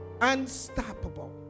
unstoppable